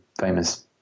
famous